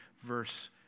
verse